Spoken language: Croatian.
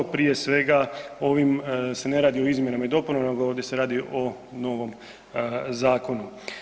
Prije svega ovim se ne radi o izmjenama i dopunama nego ovdje se radi o novom zakonu.